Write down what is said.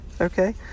Okay